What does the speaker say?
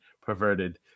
perverted